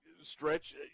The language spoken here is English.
Stretch